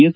S